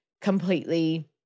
completely